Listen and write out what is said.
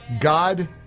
God